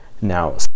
Now